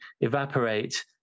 evaporate